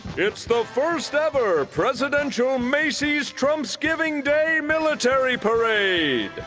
it's the first-ever presidential macy's trumps-giving day military parade.